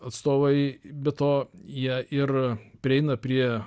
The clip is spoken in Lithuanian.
atstovai be to jie ir prieina prie